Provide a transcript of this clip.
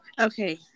Okay